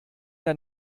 der